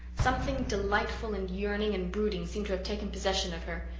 something delightful and yearning and brooding seemed to have taken possession of her.